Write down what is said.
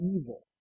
evil